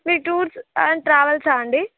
me tours and ట్రావెల్సా అండి